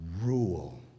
Rule